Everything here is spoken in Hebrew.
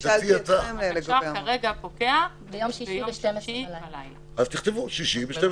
התקש"ח כרגע פוקע ביום שישי בלילה.